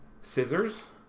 scissors